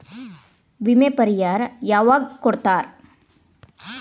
ವಿಮೆ ಪರಿಹಾರ ಯಾವಾಗ್ ಕೊಡ್ತಾರ?